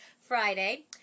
Friday